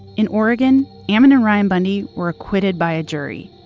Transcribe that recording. in oregon, ammon, and ryan bundy were acquitted by a jury.